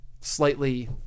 slightly